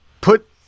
put